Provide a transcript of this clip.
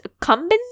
accumbens